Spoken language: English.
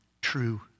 true